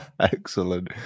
Excellent